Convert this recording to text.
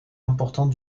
importants